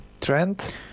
Trent